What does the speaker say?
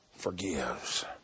forgives